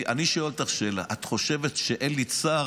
אני שואל אותך שאלה: את חושבת שאין לי צער